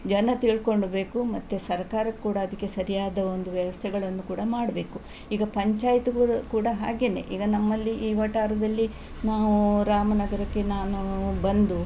ಜನ ತಿಳ್ಕೊಳ್ಳ ಬೇಕು ಮತ್ತೆ ಸರ್ಕಾರಕ್ಕೆ ಕೂಡ ಅದಕ್ಕೆ ಸರಿಯಾದ ಒಂದು ವ್ಯವಸ್ಥೆಗಳನ್ನು ಕೂಡ ಮಾಡಬೇಕು ಈಗ ಪಂಚಾಯ್ತ್ಗಳು ಕೂಡ ಹಾಗೇ ಈಗ ನಮ್ಮಲ್ಲಿ ಈ ವಠಾರದಲ್ಲಿ ನಾವು ರಾಮನಗರಕ್ಕೆ ನಾನು ಬಂದು